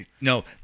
No